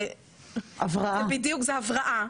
זה הבראה.